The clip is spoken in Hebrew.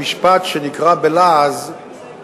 המשפט שנקרא בלעז,